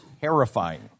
terrifying